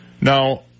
now